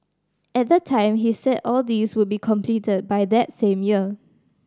at the time he said all these would be completed by that same year